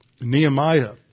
Nehemiah